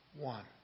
one